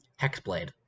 Hexblade